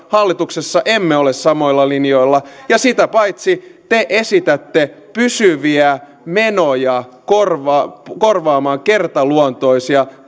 hallituksessa emme ole samoilla linjoilla ja sitä paitsi te esitätte pysyviä menoja korvaamaan korvaamaan kertaluontoisia